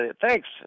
Thanks